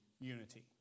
unity